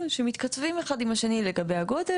ואז מוסיפים את זה לא במקום,